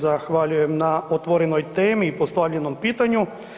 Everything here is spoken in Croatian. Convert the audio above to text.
Zahvaljujem na otvorenoj temi i postavljenom pitanju.